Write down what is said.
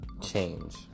Change